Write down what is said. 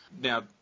Now